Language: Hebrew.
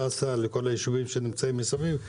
שאשא ולכל הישובים מסביב.